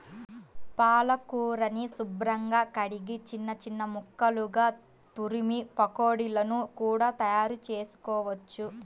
పాలకూరని శుభ్రంగా కడిగి చిన్న చిన్న ముక్కలుగా తురిమి పకోడీలను కూడా తయారుచేసుకోవచ్చు